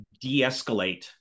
de-escalate